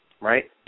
right